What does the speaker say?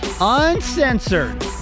Uncensored